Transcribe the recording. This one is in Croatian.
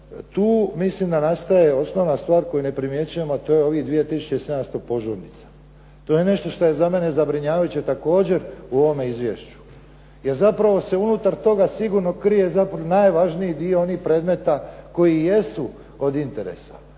Tu mislim da nastaje osnovna stvar koju ne primjećujemo. To je ovih 2700 požurnica. To je nešto što je za mene zabrinjavajuće također u ovome izvješću. Jer zapravo se unutar toga sigurno krije zapravo najvažniji dio onih predmeta koji jesu od interesa